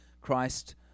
Christ